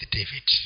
David